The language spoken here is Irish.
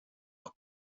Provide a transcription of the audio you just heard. ach